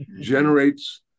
generates